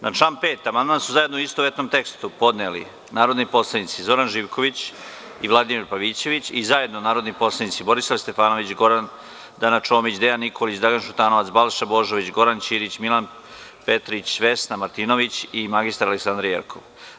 Na član 5. amandman su zajedno u istovetnom tekstu podneli narodni poslanici Zoran Živković i Vladimir Pavićević i zajedno narodni poslanici Borislav Stefanović, Gordana Čomić, Dejan Nikolić, Dragan Šutanovac, Balša Božović, Goran Ćirić, Milan Petrić, Vesna Martinović i mr Aleksandra Jerkov.